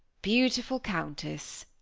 beautiful countess!